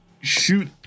shoot